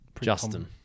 Justin